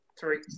Three